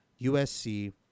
USC